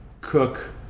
cook